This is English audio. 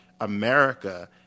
America